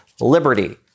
Liberty